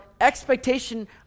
expectation